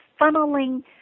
funneling